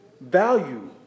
value